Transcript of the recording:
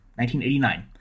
1989